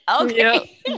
okay